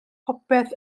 popeth